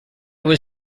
was